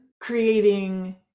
creating